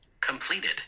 completed